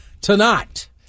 tonight